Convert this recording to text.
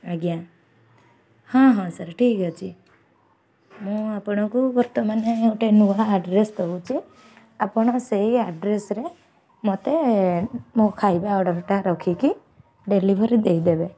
ଆଜ୍ଞା ହଁ ହଁ ସାର୍ ଠିକ୍ ଅଛି ମୁଁ ଆପଣଙ୍କୁ ବର୍ତ୍ତମାନ ଗୋଟେ ନୂଆ ଆଡ଼୍ରେସ ଦେଉଛି ଆପଣ ସେଇ ଆଡ଼୍ରେସ୍ରେ ମତେ ମୋ ଖାଇବା ଅର୍ଡ଼ର୍ଟା ରଖିକି ଡେଲିଭରି ଦେଇଦେବେ